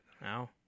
now